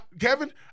Kevin